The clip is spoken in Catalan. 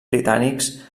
britànics